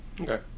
Okay